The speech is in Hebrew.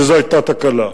שזו היתה תקלה.